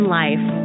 life